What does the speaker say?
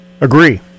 Agree